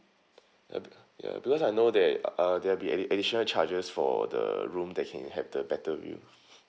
ya because ya because I know that ah there'll be addi~ additional charges for for the room that can have the better view